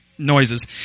Noises